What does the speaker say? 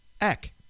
Eck